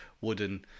wooden